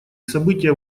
события